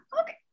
okay